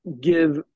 give